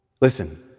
Listen